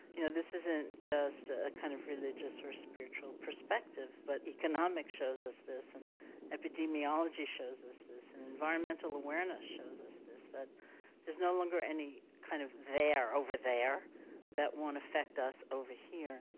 you know, this isn't just a kind of religious or spiritual perspective. but economics shows us this and epidemiology shows us this and environmental awareness shows us this, that there's no longer any kind of there over there that won't affect us over here.